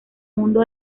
mundo